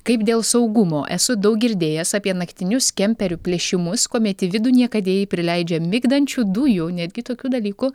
kaip dėl saugumo esu daug girdėjęs apie naktinius kemperių plėšimus kuomet į vidų niekadėjai prileidžia migdančių dujų netgi tokių dalykų